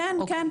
כן, כן, כן.